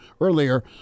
earlier